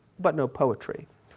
but no poetry.